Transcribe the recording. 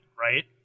right